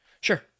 Sure